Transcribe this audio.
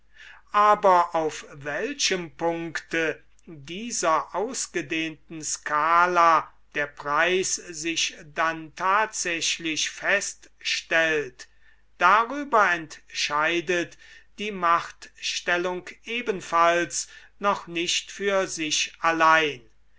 aber auf welchem punkte dieser ausgedehnten skala der preis sich dann tatsächlich feststellt darüber entscheidet die machtstellung ebenfalls noch nicht für sich allein